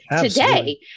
today